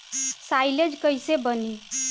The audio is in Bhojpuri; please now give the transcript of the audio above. साईलेज कईसे बनी?